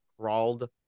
crawled